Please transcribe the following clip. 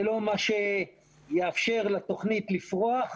זה לא מה שיאפשר לתוכנית לפרוח,